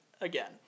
again